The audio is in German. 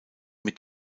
mit